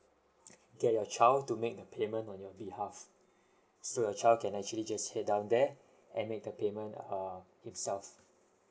get your child to make the payment on your behalf so the child can actually just head down there and make the payment err himself